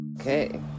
Okay